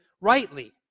rightly